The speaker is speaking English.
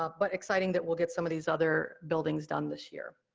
ah but exciting that we'll get some of these other buildings done this year.